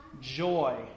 joy